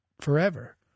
forever